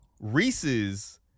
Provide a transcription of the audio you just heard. Reese's